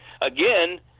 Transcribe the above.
again